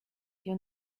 you